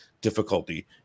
difficulty